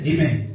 Amen